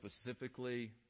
specifically